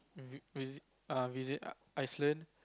v~ visit uh Iceland